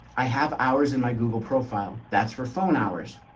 i have hours in my google profile that's for phone hours.